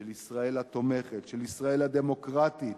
של ישראל התומכת, של ישראל הדמוקרטית,